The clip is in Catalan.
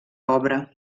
obra